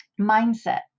mindset